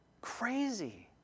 Crazy